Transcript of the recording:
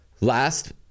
last